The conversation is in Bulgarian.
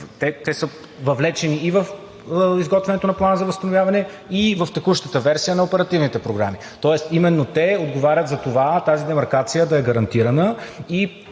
са въвлечени и в изготвянето на Плана за възстановяване, и в текущата версия на оперативните програми. Именно те отговарят за това тази демаркация да е гарантирана